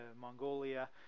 Mongolia